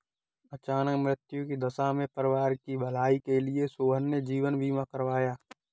अचानक मृत्यु की दशा में परिवार की भलाई के लिए सोहन ने जीवन बीमा करवाया